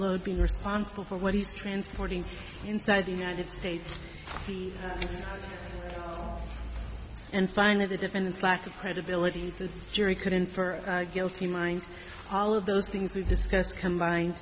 load being responsible for what he's transporting inside the united states he and finally the defendant's lack of credibility the jury could infer guilty mind all of those things we discussed combine